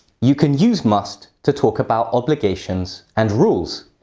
you can use must to talk about obligations and rules.